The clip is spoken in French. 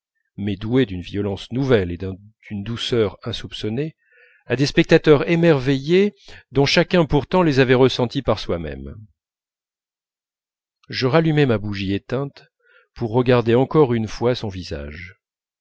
mais doués d'une violence nouvelle et d'une douceur insoupçonnée à des spectateurs émerveillés dont chacun pourtant les avait ressentis par soi-même je rallumai ma bougie éteinte pour regarder encore une fois son visage